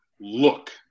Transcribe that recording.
look